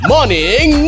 Morning